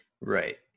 Right